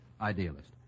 Idealist